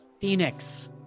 Phoenix